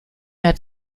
mehr